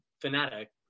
fanatic